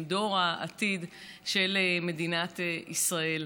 הם דור העתיד של מדינת ישראל.